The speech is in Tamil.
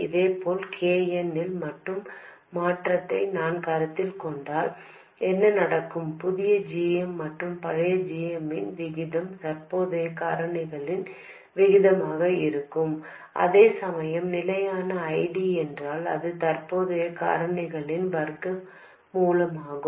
இதேபோல் K n இல் மட்டும் மாற்றத்தை நான் கருத்தில் கொண்டால் என்ன நடக்கும் புதிய g m மற்றும் பழைய g m இன் விகிதம் தற்போதைய காரணிகளின் விகிதமாக இருக்கும் அதேசமயம் நிலையான I D என்றால் இது தற்போதைய காரணிகளின் வர்க்க மூலமாகும்